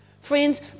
Friends